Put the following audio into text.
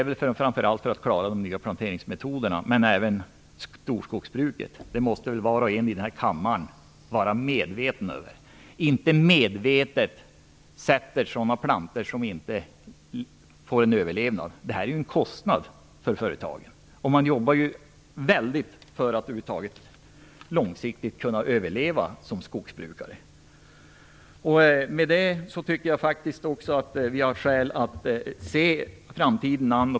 Var och en i den här kammaren måste väl vara medvetna om att man inte med avsikt sätter sådana plantor som inte kan överleva. Detta är ju en kostnad för företagen, och man jobbar väldigt hårt för att långsiktigt över huvud taget kunna överleva som skogsbrukare. I och med detta har vi faktiskt skäl att se framtiden an.